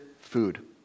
food